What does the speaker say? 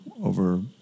over